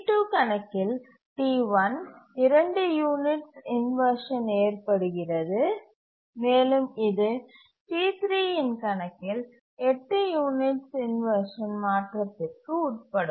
T2 கணக்கில் T1 2 units inversion ஏற்படுகிறது மேலும் இது T3 இன் கணக்கில் 8 யூனிட்ஸ் இன்வர்ஷன் மாற்றத்திற்கு உட்படும்